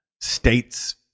states-